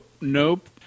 Nope